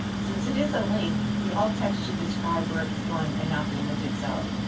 since it is a link, the alt text should describe where it's going and not the image itself.